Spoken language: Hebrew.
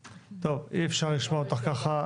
טוב, אי אפשר לשמוע אותך ככה.